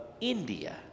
India